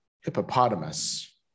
hippopotamus